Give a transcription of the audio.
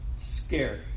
scary